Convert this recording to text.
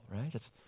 right